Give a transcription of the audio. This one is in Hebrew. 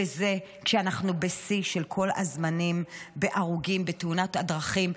וזה כשאנחנו בשיא של כל הזמנים בהרוגים בתאונות דרכים.